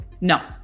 no